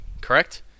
correct